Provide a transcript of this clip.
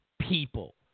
people